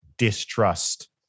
distrust